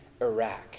Iraq